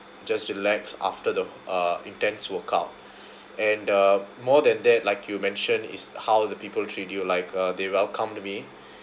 just relax after the uh intense workout and uh more than that like you mentioned is how the people treat you like uh they welcome to me